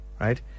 Right